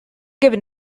given